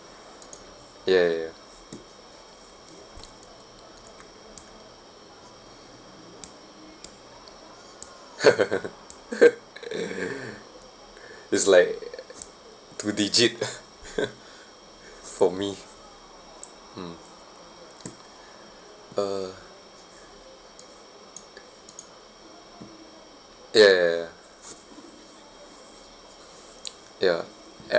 ya ya it's like two digit for me mm uh ya ya